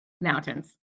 mountains